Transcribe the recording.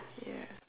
ya